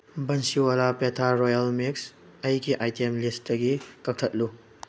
Bansiwala petha royal mix ꯑꯩꯒꯤ item ꯂꯤꯁꯇꯒꯤ ꯀꯛꯊꯠꯂꯨ